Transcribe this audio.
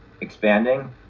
expanding